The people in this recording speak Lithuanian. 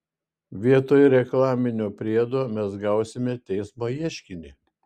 vietoj reklaminio priedo mes gausime teismo ieškinį